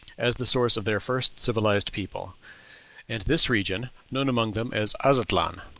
as the source of their first civilized people and this region, known among them as aztlan,